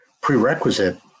prerequisite